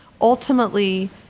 ultimately